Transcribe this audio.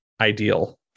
ideal